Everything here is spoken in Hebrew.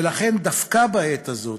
ולכן, דווקא בעת הזאת,